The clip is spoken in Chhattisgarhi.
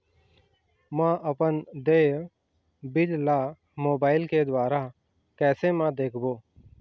म अपन देय बिल ला मोबाइल के द्वारा कैसे म देखबो?